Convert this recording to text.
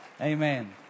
Amen